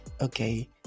Okay